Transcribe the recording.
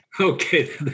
Okay